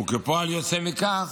וכפועל יוצא מכך,